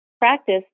practice